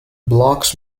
blocks